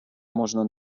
можна